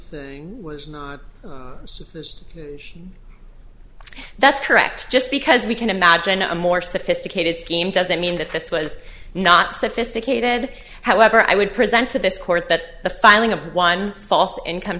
or was this that's correct just because we can imagine a more sophisticated scheme doesn't mean that this was not sophisticated however i would present to this court that the filing of one false income